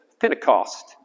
Pentecost